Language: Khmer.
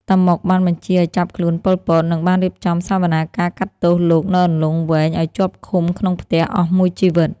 តាម៉ុក បានបញ្ជាឱ្យចាប់ខ្លួនប៉ុល ពត និងបានរៀបចំសវនាការកាត់ទោសលោកនៅអន្លង់វែងឱ្យជាប់ឃុំក្នុងផ្ទះអស់មួយជីវិត។